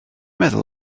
meddwl